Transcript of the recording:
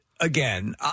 Again